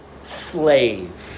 slave